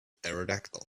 pterodactyl